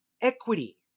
Equity